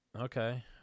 Okay